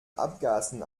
abgasen